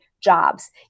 jobs